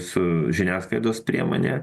su žiniasklaidos priemone